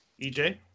EJ